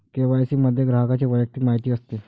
KYC मध्ये ग्राहकाची वैयक्तिक माहिती असते